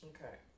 Okay